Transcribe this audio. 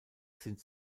sind